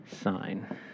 sign